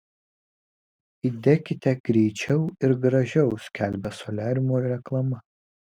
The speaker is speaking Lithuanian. įdekite greičiau ir gražiau skelbia soliariumo reklama